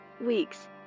weeks